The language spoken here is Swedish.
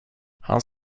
han